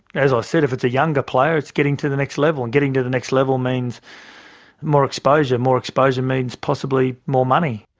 as i said, if it's a younger player, it's getting to the next level, and getting to the next level means more exposure, more exposure means possibly more money.